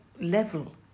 level